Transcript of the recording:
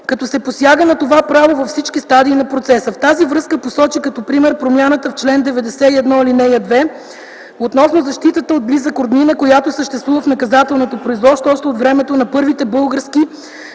като се посяга на това право във всички стадии на процеса. В тази връзка посочи като пример промяната в чл. 91, ал. 2 относно защитата от близък роднина, която съществува в наказателното производство още от времето на първите български